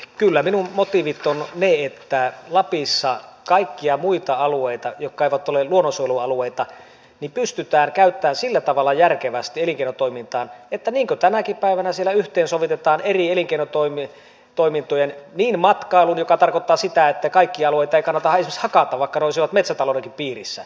kyllä minun motiivini ovat ne että lapissa kaikkia niitä alueita jotka eivät ole luonnonsuojelualueita pystytään käyttämään sillä tavalla järkevästi elinkeinotoimintaan niin kuin tänäkin päivänä siellä yhteensovitetaan eri elinkeinotoimintoja esimerkiksi matkailua mikä tarkoittaa sitä että kaikkia alueita ei kannata esimerkiksi hakata vaikka ne olisivat metsätaloudenkin piirissä